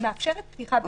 היא מאפשרת פתיחה בתנאים.